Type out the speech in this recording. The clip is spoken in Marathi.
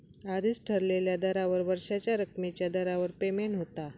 आधीच ठरलेल्या दरावर वर्षाच्या रकमेच्या दरावर पेमेंट होता